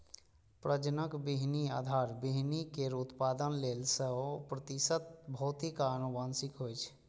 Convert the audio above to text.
प्रजनक बीहनि आधार बीहनि केर उत्पादन लेल सय प्रतिशत भौतिक आ आनुवंशिक होइ छै